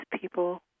people